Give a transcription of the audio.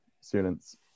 students